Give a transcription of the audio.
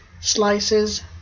slices